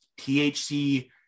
THC